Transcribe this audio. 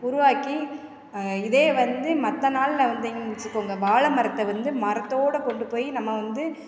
உருவாக்கி இதே வந்து மற்ற நாளில் வந்திங்கனு வச்சுக்கோங்க வாழை மரத்தை வந்து மரத்தோடு கொண்டு போய் நம்ம வந்து